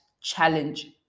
challenge